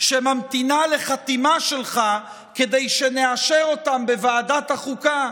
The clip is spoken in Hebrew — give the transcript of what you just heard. שממתינה לחתימה שלך כדי שנאשר אותם בוועדות החוקה,